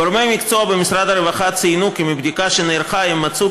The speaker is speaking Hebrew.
גורמי מקצוע במשרד הרווחה ציינו כי בבדיקה שנערכה הם מצאו